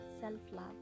self-love